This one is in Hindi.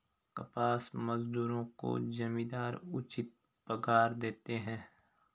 कपास मजदूरों को जमींदार उचित पगार देते हैं